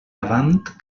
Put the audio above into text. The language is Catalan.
avant